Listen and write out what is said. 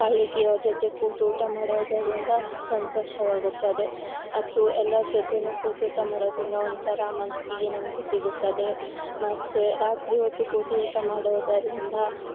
ಪಳಗಿ ಅವ್ರ ಜೊತೆ ಕೂತು ಊಟ ಮಾಡೋದರಿಂದ ಸಂತೋಷವಾಗುತ್ತದೆ ಮತ್ತು ಎಲ್ಲಾರ ಜೊತೆ ಕೂತು ಊಟ ಮಾಡೋದು ಏನೋ ಒಂಥರ ಮನಸಿಗೆ ನೆಮ್ಮದಿ ಸಿಗುತ್ತದೆ ಮತ್ತು ರಾತ್ರಿ ಹೊತ್ತು ಕೂತು ಊಟ ಮಾಡೋದರಿಂದ